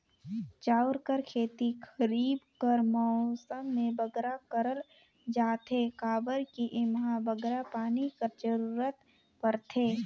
चाँउर कर खेती खरीब कर मउसम में बगरा करल जाथे काबर कि एम्हां बगरा पानी कर जरूरत परथे